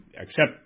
accept